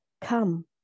Come